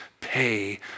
pay